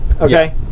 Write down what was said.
Okay